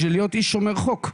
בשביל להיות איש שומר חוק.